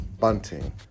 bunting